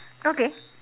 okay